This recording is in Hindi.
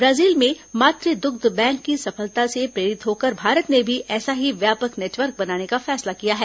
ब्राजील में मातु दुग्ध बैंक की सफलता से प्रेरित होकर भारत ने भी ऐसा ही व्यापक नेटवर्क बनाने का फैसला किया है